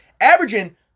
Averaging